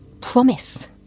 promise